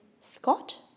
Scott